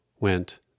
went